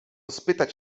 spytać